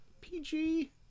PG